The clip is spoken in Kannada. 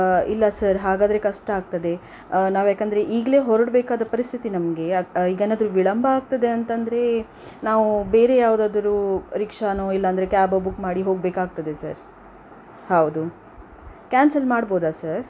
ಇಲ್ಲ ಸರ್ ಹಾಗಾದರೆ ಕಷ್ಟ ಆಗ್ತದೆ ನಾವ್ಯಾಕೆಂದ್ರೆ ಈಗಲೇ ಹೊರಡ್ಬೇಕಾದ ಪರಿಸ್ಥಿತಿ ನಮಗೆ ಈಗೇನಾದರೂ ವಿಳಂಬ ಆಗ್ತದೆ ಅಂತ ಅಂದ್ರೆ ನಾವು ಬೇರೆ ಯಾವುದಾದ್ರು ರಿಕ್ಷಾನೋ ಇಲ್ಲ ಅಂದ್ರೆ ಕ್ಯಾಬೋ ಬುಕ್ ಮಾಡಿ ಹೋಗಬೇಕಾಗ್ತದೆ ಸರ್ ಹೌದು ಕ್ಯಾನ್ಸಲ್ ಮಾಡ್ಬೋದಾ ಸರ್